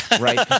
right